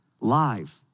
live